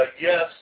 yes